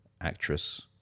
actress